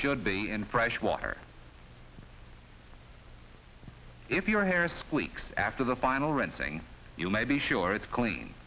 should be in fresh water if your hair squeaks after the final rinsing you may be sure it's clean